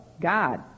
God